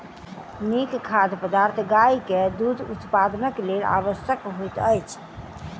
नीक खाद्य पदार्थ गाय के दूध उत्पादनक लेल आवश्यक होइत अछि